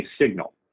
signal